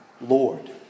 Lord